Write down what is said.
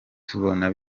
tubona